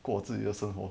过自己的生活